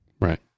Right